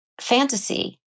fantasy